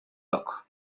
look